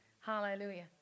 Hallelujah